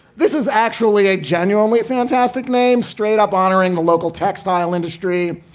this is actually a genuinely fantastic name. straight up honoring the local textile industry.